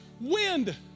wind